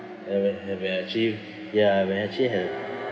and when have a actually ya when I actually have